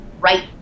right